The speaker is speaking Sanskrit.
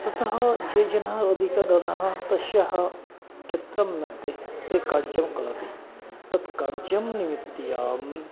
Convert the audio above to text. ततः ये जनाः अधिकं धनं तस्य क्षेत्रस्य मध्ये ते कार्ज्यं करोति तत् कार्ज्यं निमित्तं